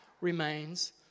remains